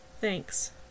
thanks